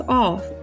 off